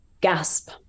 gasp